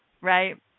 right